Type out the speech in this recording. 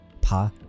pa